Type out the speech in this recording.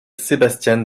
sebastian